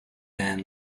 then